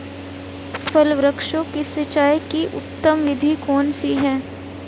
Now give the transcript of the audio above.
फल वृक्षों की सिंचाई की उत्तम विधि कौन सी है?